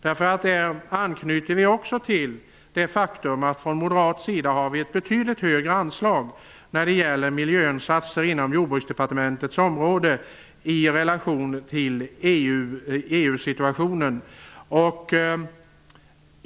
Allt det här anknyter till det faktum att vi från moderat sida föreslår ett betydligt större anslag när det gäller miljöinsatser inom Jordbruksdepartementets område i relation till situationen i EU.